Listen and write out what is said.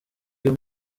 iyo